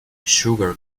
sugar